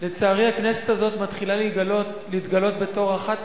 לצערי, הכנסת הזאת מתחילה להתגלות בתור אחת